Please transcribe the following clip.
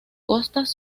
costas